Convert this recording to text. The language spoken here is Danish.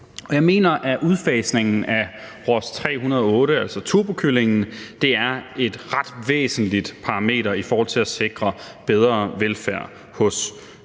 Jeg mener, at udfasningen af Ross 308, altså turbokyllingen, er et ret væsentligt parameter i forhold til at sikre bedre velfærd hos